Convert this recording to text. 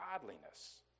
godliness